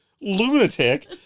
lunatic